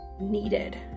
needed